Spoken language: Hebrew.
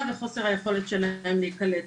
אולי לא את כולם את רואה.